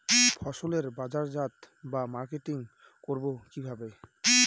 ফসলের বাজারজাত বা মার্কেটিং করব কিভাবে?